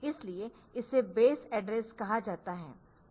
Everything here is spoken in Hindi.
इसीलिए इसे बेस एड्रेस कहा जाता है